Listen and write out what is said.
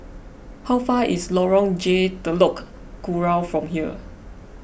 how far is Lorong J Telok Kurau from here